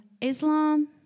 Islam